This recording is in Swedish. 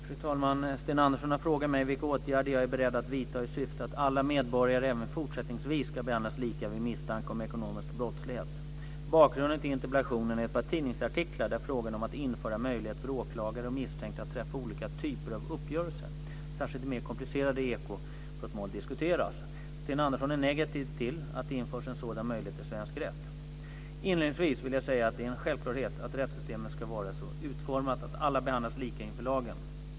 Fru talman! Sten Andersson har frågat mig vilka åtgärder jag är beredd att vidta i syfte att alla medborgare även fortsättningsvis ska behandlas lika vid misstanke om ekonomisk brottslighet. Bakgrunden till interpellationen är ett par tidningsartiklar där frågan om att införa möjlighet för åklagare och misstänkta att träffa olika typer av uppgörelser, särskilt i mer komplicerade ekobrottsmål, diskuteras. Sten Andersson är negativ till att det införs en sådan möjlighet i svensk rätt. Inledningsvis vill jag säga att det är en självklarhet att rättssystemet ska vara så utformat att alla behandlas lika inför lagen.